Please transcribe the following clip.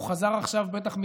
הוא בטח חזר עכשיו מדיון,